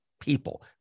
people